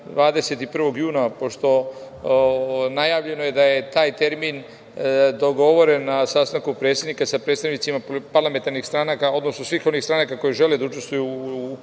21. juna, pošto je najavljeno da je taj termin dogovoren na sastanku predsednika sa predstavnicima parlamentarnih stranaka, odnosno svih onih stranaka koje žele da učestvuju u predstojećim